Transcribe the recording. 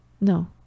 no